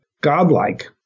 godlike